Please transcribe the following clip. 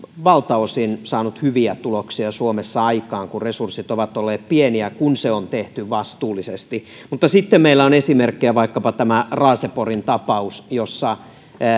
valtaosin saanut hyviä tuloksia aikaan suomessa vaikka resurssit ovat olleet pieniä kun se on tehty vastuullisesti mutta sitten meillä on esimerkkejä vaikkapa tämä raaseporin tapaus jossa